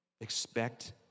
Expect